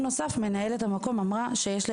מנהלת המקום אמרה שיש למקום יתרון נוסף